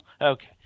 Okay